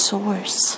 Source